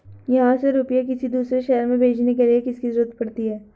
यहाँ से रुपये किसी दूसरे शहर में भेजने के लिए किसकी जरूरत पड़ती है?